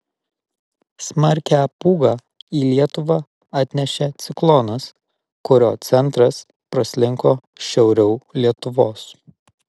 smarkią pūgą į lietuvą atnešė ciklonas kurio centras praslinko šiauriau lietuvos